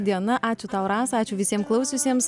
diena ačiū tau rasa ačiū visiem klausiusiems